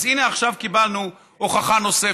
אז הינה, עכשיו קיבלנו הוכחה נוספת.